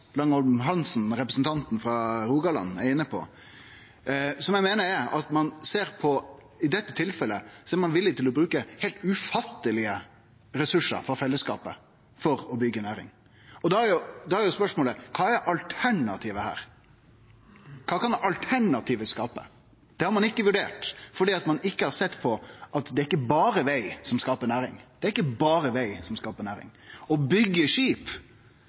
Langholm Hansen, representanten frå Rogaland, er inne på. I dette tilfellet er ein villig til å bruke heilt ufattelege ressursar frå fellesskapet for å byggje næring. Da er spørsmålet: Kva er alternativet her? Kva kan alternativet skape? Det har ein ikkje vurdert, fordi ein ikkje har sett på at det ikkje berre er veg som skaper næring. Å byggje skip skaper i dette tilfellet mykje meir næring. Det er påstanden min. Vi er i ei tid kor vi alle her ønskjer å gjere oss enda meir avhengige av havet som